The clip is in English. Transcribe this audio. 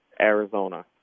Arizona